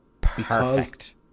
perfect